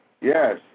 Yes